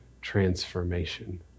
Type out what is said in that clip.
transformation